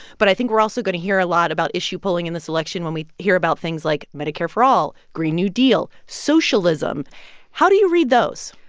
but i think we're also going to hear a lot about issue polling in this election when we hear about things like medicare for all, green new deal, socialism how do you read those?